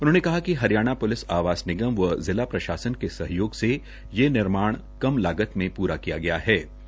उन्होंने कहा कि हरियाणा प्लिस आवास निगम व जिला प्रशासन के सहयोग से यह निर्माण कम लागत में पूरा कियाहै